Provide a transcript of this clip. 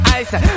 ice